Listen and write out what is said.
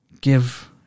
Give